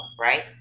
right